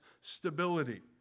stability